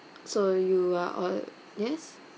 so you are or~ yes